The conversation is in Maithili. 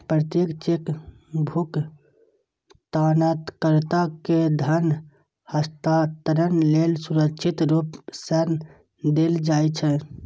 प्रत्येक चेक भुगतानकर्ता कें धन हस्तांतरण लेल सुरक्षित रूप सं देल जाइ छै